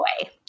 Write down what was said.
boy